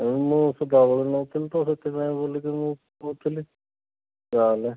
ମୁଁ ସଦାବେଳେ ନେଉଥିଲି ତ ସେଥିପାଇଁ ବୋଲିକରି ମୁଁ କହୁଥିଲି ଯାହାହେଲେ